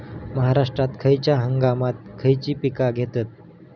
महाराष्ट्रात खयच्या हंगामांत खयची पीका घेतत?